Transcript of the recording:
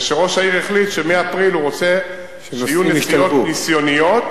וראש העיר החליט שמאפריל הוא רוצה שיהיו נסיעות ניסיוניות,